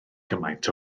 gymaint